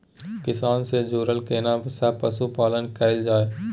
किसान से जुरल केना सब पशुपालन कैल जाय?